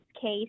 case